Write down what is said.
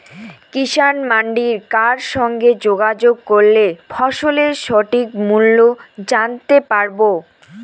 কিষান মান্ডির কার সঙ্গে যোগাযোগ করলে ফসলের সঠিক মূল্য জানতে পারবো?